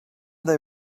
they